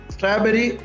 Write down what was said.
Strawberry